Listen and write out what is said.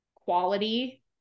quality